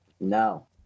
No